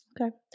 Okay